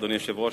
אדוני היושב-ראש,